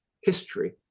history